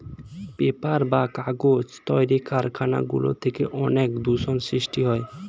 paper বা কাগজ তৈরির কারখানা গুলি থেকে অনেক দূষণ সৃষ্টি হয়